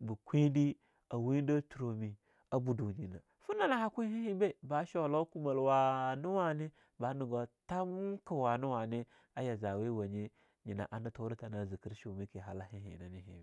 ba kwede a wudah tura minah a budunyi nah, finah naha kwe hahe bah ba sholo kumal, wane-wane bahnigo thamkah wane-wane a yazaweya wanya nyina ana turah tana ziekir shumaki halaha na hebinah.